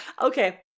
okay